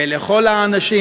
ולכל האנשים